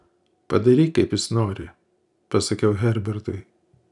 padaryk kaip jis nori pasakiau herbertui